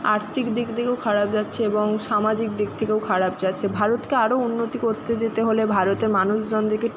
আর্থিক দিক দিয়েও খারাপ যাচ্ছে এবং সামাজিক দিক থেকেও খারাপ যাচ্ছে ভারতকে আরও উন্নতি করতে দিতে হলে ভারতের মানুষজনদেরকে